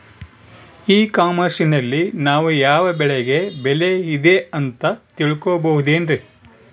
E commerce ನಲ್ಲಿ ನಾವು ಯಾವ ಬೆಳೆಗೆ ಬೆಲೆ ಇದೆ ಅಂತ ತಿಳ್ಕೋ ಬಹುದೇನ್ರಿ?